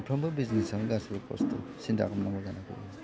मोनफ्रोमबो बिजनेसआवनो गासैबो खस्थ' सिन्था खालामनांगौ जानानै फैयो